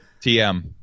tm